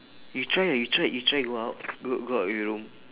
you try you try you try go out go go out your room